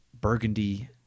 Burgundy